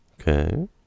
okay